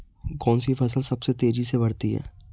कौनसी फसल सबसे तेज़ी से बढ़ती है?